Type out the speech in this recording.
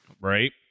Right